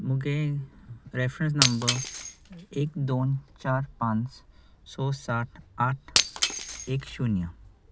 मुगे reference number एक दोन चार पांच स सात आठ एक शुन्य